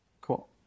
Cool